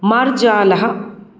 मार्जालः